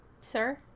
Sir